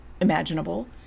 imaginable